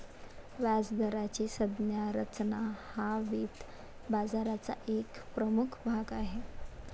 व्याजदराची संज्ञा रचना हा वित्त बाजाराचा एक प्रमुख भाग आहे